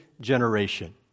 generation